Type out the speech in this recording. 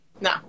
no